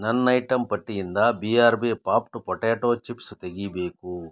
ನನ್ನ ಐಟಮ್ ಪಟ್ಟಿಯಿಂದ B R B popped potato chips ತೆಗೀಬೇಕು